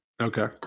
Okay